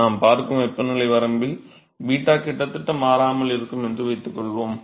நாம் பார்க்கும் வெப்பநிலை வரம்பில் 𝞫 கிட்டத்தட்ட மாறாமல் இருக்கும் என்று வைத்துக்கொள்வோம்